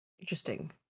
Interesting